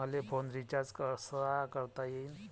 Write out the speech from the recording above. मले phone recharge कसा करता येईन?